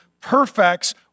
perfects